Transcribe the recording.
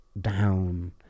down